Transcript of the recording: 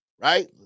Right